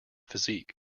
physique